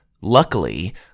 Luckily